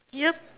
yup